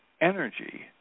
energy